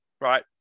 right